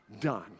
done